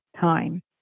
time